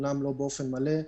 אמנם לא באופן מלא.